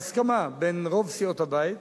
בהסכמה בין רוב סיעות הבית,